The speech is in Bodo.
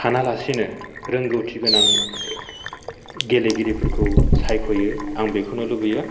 साना लासेनो रोंगौथि गोनां गेलेगिरिफोरखौ सायख'यो आं बेखौनो लुबैयो